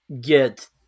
get